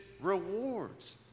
rewards